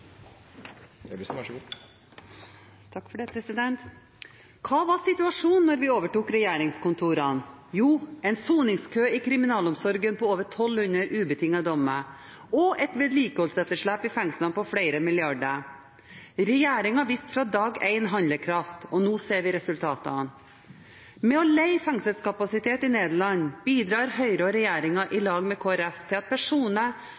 vi overtok regjeringskontorene? Jo, en soningskø i kriminalomsorgen på over 1 200 ubetingede dommer og et vedlikeholdsetterslep i fengslene på flere milliarder kroner. Regjeringen viste fra dag én handlekraft, og nå ser vi resultatene. Ved å leie fengselskapasitet i Nederland bidrar Høyre og regjeringen i lag med Kristelig Folkeparti til at personer